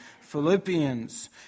Philippians